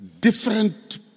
different